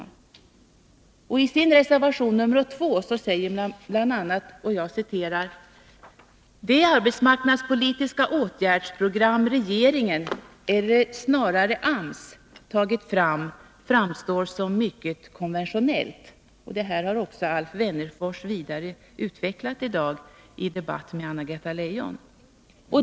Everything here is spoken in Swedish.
De säger i sin 35 reservation nr 2 bl.a.: ”Det arbetsmarknadspolitiska åtgärdsprogram regeringen — eller snarare AMS -— tagit fram framstår f. ö. som mycket konventionellt.” Detta har Alf Wennerfors vidare utvecklat i dag i debatten med Anna-Greta Leijon.